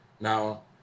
now